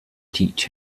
teach